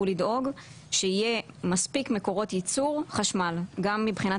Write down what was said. הוא לדאוג שיהיו מספיק מקורות יצור חשמל גם מבחינת